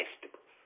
vegetables